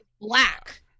black